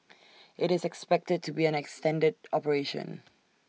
IT is expected to be an extended operation